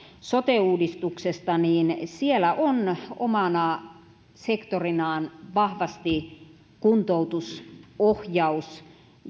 sote uudistuksesta on omana sektorinaan vahvasti kuntoutusohjaus